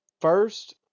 First